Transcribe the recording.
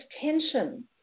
tension